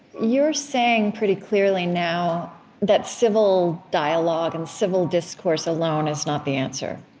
you're saying pretty clearly now that civil dialogue and civil discourse alone is not the answer